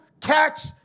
catch